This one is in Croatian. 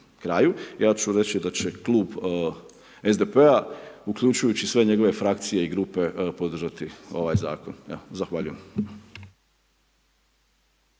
ja ću reći da će Klub SDP-a uključujući i sve njegove frakcije i grupe podržati ovaj zakon. Evo, zahvaljujem.